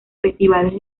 festivales